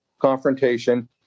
confrontation